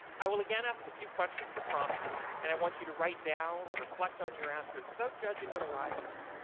i will again ask a few questions to prompt you and i want you to write down or reflect on your answers without judging what arises.